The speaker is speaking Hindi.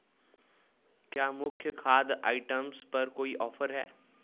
क्या मुख्य खाद्य आइटम्स पर कोई ऑफर है